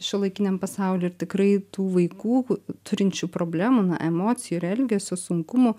šiuolaikiniam pasaulyje ir tikrai tų vaikų turinčių problemų na emocijų ir elgesio sunkumų